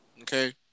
okay